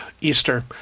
Easter